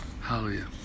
hallelujah